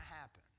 happen